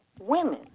women